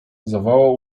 zawołał